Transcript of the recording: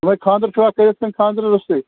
دوٚپمَے خانٛدَر چھُوا کٔرِتھ کِنہٕ خانٛدٕرٕ روٚستُے